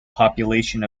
population